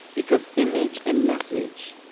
because image and message,